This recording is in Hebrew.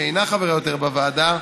שאינה חברה עוד בוועדה,